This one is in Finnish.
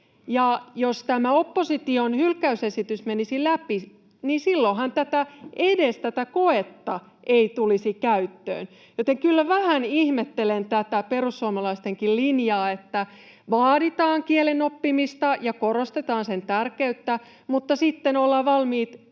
Jos opposition hylkäysesitys menisi läpi, niin silloinhan edes tätä koetta ei tulisi käyttöön, joten kyllä vähän ihmettelen tätä perussuomalaistenkin linjaa, että vaaditaan kielen oppimista ja korostetaan sen tärkeyttä mutta sitten ollaan valmiit